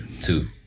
Two